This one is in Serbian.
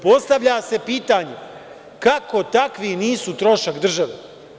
Postavlja se pitanje – kako takvi nisu trošak države?